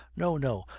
no, no,